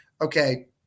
okay